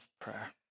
prayer